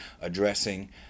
addressing